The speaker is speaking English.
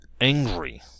angry